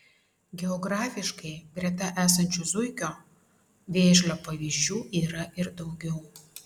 geografiškai greta esančių zuikio vėžlio pavyzdžių yra ir daugiau